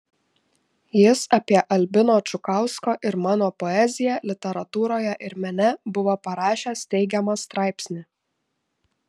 jis apie albino čukausko ir mano poeziją literatūroje ir mene buvo parašęs teigiamą straipsnį